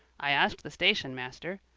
i asked the station-master.